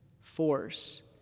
force